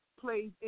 plays